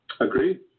Agreed